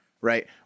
right